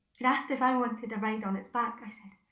it asked if i wanted to ride on its back. i said,